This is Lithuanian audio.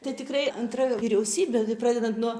tai tikrai antra vyriausybė pradedant nuo